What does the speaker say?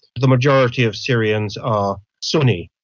the majority of syrians are sunni,